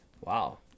Wow